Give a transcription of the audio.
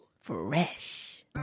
fresh